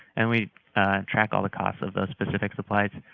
and we track all the costs of the specific supplies,